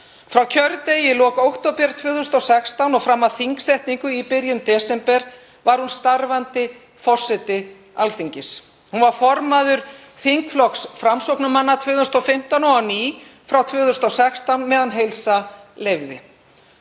Frá kjördegi í lok október 2016 og fram að þingsetningu í byrjun desember var hún starfandi forseti Alþingis. Hún var formaður þingflokks Framsóknarmanna 2015 og á ný frá 2016 meðan heilsa leyfði.